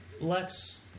Lex